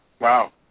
Wow